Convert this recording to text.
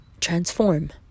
transform